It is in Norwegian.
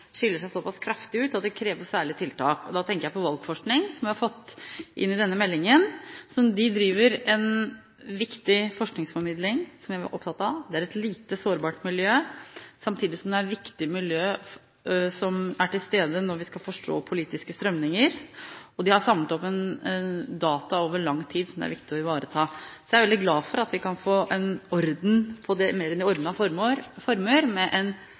skiller seg såpass kraftig ut av det kreves særlige tiltak. Da tenker jeg på valgforskning som vi har fått inn i denne meldingen. De driver en viktig forskningsformidling som vi er opptatt av. Det er et lite, sårbart miljø, samtidig som det er et viktig miljø som er til stede når vi skal forstå politiske strømninger. De har samlet opp data over lang tid, som det er viktig å ivareta. Jeg er veldig glad for at vi kan få dette i mer ordnede former, forhåpentligvis med et tiårsprogram som blir konkurranseutsatt. Det